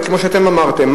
וכמו שאתם אמרתם,